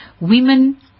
Women